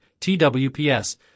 TWPS